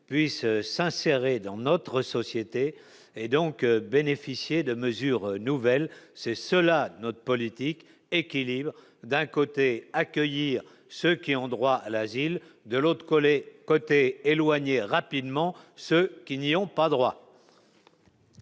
puissent s'insérer dans notre société et donc bénéficier de mesures nouvelles, c'est cela notre politique équilibrée : d'un côté, accueillir ceux qui ont droit à l'asile, de l'autre côté éloigner rapidement ceux qui n'y ont pas droit.